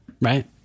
Right